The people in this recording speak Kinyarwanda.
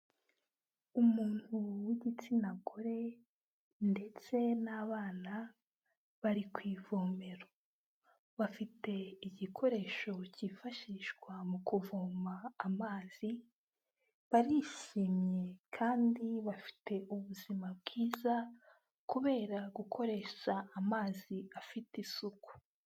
Umuntu w'igitsina gore ndetse n'abana, bari ku ivomero. Bafite igikoresho cyifashishwa mu kuvoma amazi, barishimye kandi bafite ubuzima bwiza, kubera gukoresha amazi afite isuku.